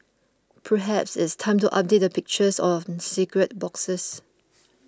perhaps it's time to update the pictures on cigarette boxes